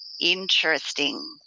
interesting